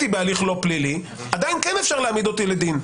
בהליך לא פלילי עדיין כן אפשר להעמיד אותי לדין.